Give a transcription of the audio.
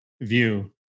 view